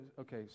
okay